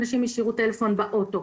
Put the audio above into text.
אנשים השאירו טלפון באוטו.